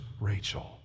Rachel